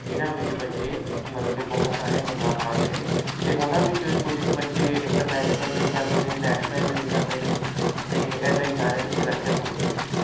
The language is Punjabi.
ਜਿਨ੍ਹਾਂ ਵਿੱਚ ਬੱਚੇ ਮਤਲਬ ਕਿ ਬਹੁਤ ਸਾਰੀਆਂ ਮੱਲਾਂ ਮਾਰਦੇ ਨੇ ਅਤੇ ਉਨ੍ਹਾਂ ਵਿੱਚੋਂ ਹੀ ਕੁਛ ਕੁ ਬੱਚੇ ਇੰਟਰਨੈਸ਼ਨਲ ਲਈ ਜਾਂਦੇ ਨੇ ਨੈਸ਼ਨਲ ਲਈ ਜਾਂਦੇ ਨੇ ਅਤੇ ਇੱਦਾਂ ਹੀ ਸਾਰਿਆਂ ਦੀ ਸਿਲੈਕਸ਼ਨ ਹੁੰਦੀ ਰਹਿੰਦੀ ਹੈ